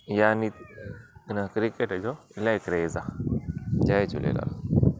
यानि हिन क्रिकेट जो इलाही क्रेज़ आहे जय झूलेलाल